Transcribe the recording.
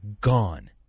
gone